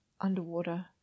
underwater